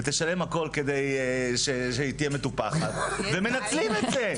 ותשלם הכול כדי להיות מטופחת, ומנצלים את זה.